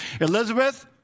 Elizabeth